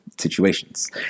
situations